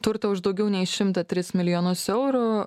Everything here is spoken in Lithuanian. turto už daugiau nei šimtą tris milijonus eurų